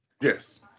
Yes